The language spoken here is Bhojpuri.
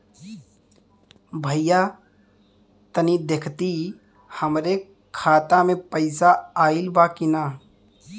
भईया तनि देखती हमरे खाता मे पैसा आईल बा की ना?